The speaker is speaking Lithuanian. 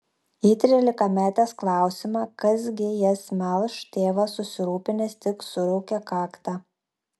į trylikametės klausimą kas gi jas melš tėvas susirūpinęs tik suraukia kaktą